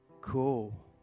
Cool